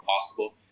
possible